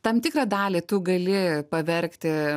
tam tikrą dalį tu gali pavergti